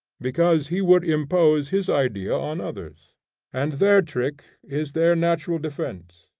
because he would impose his idea on others and their trick is their natural defence.